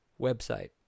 website